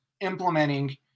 implementing